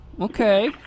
Okay